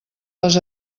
les